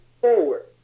forward